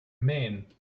maine